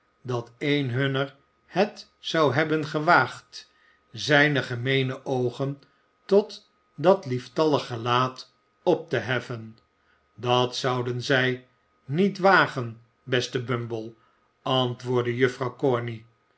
dat een hunner het zou hebben gewaagd zijne gemeene oogen tot dat lieftallige gelaat op te heffen dat zouden zij niet wagen beste bumble antwoordde juffrouw